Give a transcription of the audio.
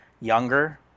Younger